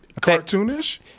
cartoonish